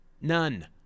None